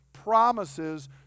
promises